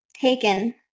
taken